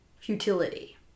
Futility